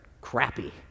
crappy